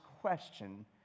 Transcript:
question